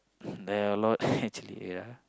there are a lot actually wait ah